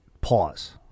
Pause